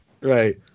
Right